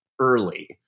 early